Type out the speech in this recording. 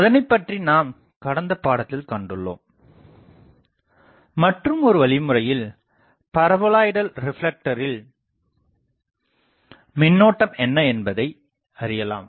அதனைப்பற்றி நாம் கடந்த பாடத்தில் கண்டுள்ளோம் மற்றுமொரு வழிமுறையில் பரபோலாய்டல் ரிப்லெக்டரில் மின்னோட்டம் என்ன என்பதை அறியலாம்